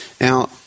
Now